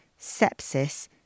sepsis